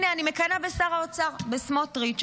הנה, אני מקנאה בשר האוצר, בסמוטריץ'.